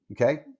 Okay